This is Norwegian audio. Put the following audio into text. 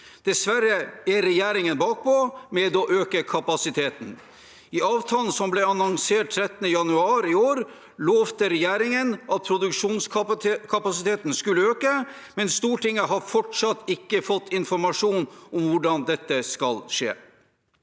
Dessverre er regjeringen bakpå med å øke kapasiteten. I avtalen som ble annonsert 13. januar i år, lovte regjeringen at produksjonskapasiteten skulle øke, men Stortinget har fortsatt ikke fått informasjon om hvordan dette skal skje.